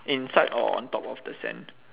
inside or on top of the sand